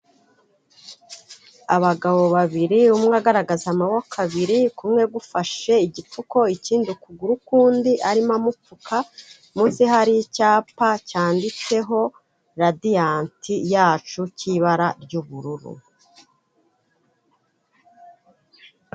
Abagabo babiri umwe agaragaza amaboko abiri, kumwe gufashe igipfuko ikindi ukuguru kundi arimo amupfuka, munsi hari icyapa cyanditseho Radiyanti yacu, cy'ibara ry'ubururu.